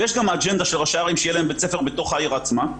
ויש גם אג'נדה של ראשי הערים שיהיה להם בית ספר בתוך העיר עצמה.